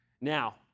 Now